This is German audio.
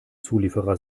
zulieferer